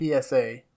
PSA